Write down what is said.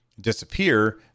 disappear